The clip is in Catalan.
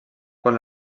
quan